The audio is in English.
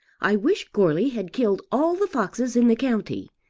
i wish goarly had killed all the foxes in the county.